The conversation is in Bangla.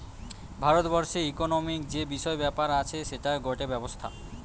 ভারত বর্ষের ইকোনোমিক্ যে বিষয় ব্যাপার আছে সেটার গটে ব্যবস্থা